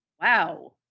wow